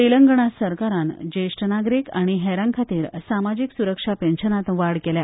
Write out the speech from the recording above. तेलंगण सरकारान ज्येश्ठ नागरीक आनी हेरां खातीरच्या समाजीक सुरक्षा पेन्शनांत वाड केल्या